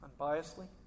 unbiasedly